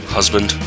Husband